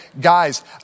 guys